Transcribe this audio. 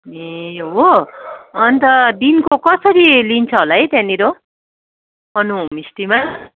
ए हो अन्त दिनको कसरी लिन्छ होला है त्यहाँनिर अन होमस्टेमा